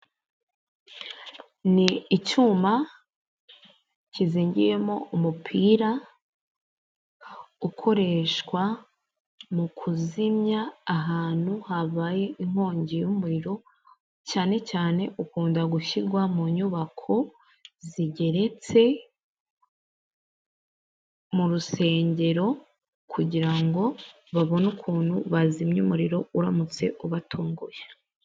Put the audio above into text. Ni icyuma kizingiyemo umupira ukoreshwa mu kuzimya ahantu habaye inkongi y'umuriro cyane cyane ukunda gushyirwa mu nyubako zigeretse mu rusengero kugira ngo babone ukuntu bazimya umuriro uramutse ubatunguye.